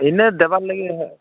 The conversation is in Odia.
ଏଇନେ ଦେବାର ଲାଗି ହେ